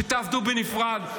שתעבדו בנפרד,